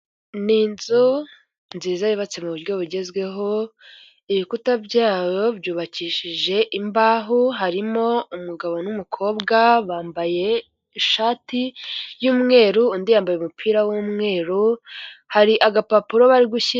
Ni inzu nziza yubatse mu buryo bugezweho ibikuta byayo byubakishije imbaho harimo umugabo n'umukobwa bambaye ishati y'umweru undi yambaye umupira w'umweru hari agapapuro bari gushyira.